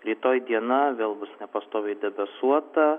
rytoj diena vėl bus nepastoviai debesuota